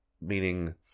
meaning